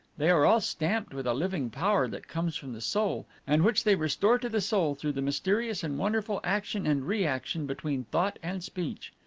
they are all stamped with a living power that comes from the soul, and which they restore to the soul through the mysterious and wonderful action and reaction between thought and speech.